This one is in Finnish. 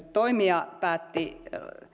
toimija päätti